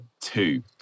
two